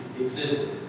existed